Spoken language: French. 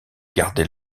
garder